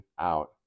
out